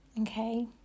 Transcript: Okay